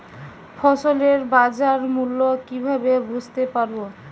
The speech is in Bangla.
ফসলের বাজার মূল্য কিভাবে বুঝতে পারব?